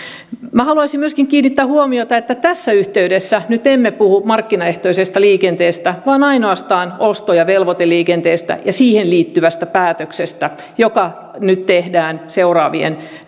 haluaisin myöskin kiinnittää huomiota siihen että tässä yhteydessä nyt emme puhu markkinaehtoisesta liikenteestä vaan ainoastaan osto ja velvoiteliikenteestä ja siihen liittyvästä päätöksestä joka nyt tehdään seuraavien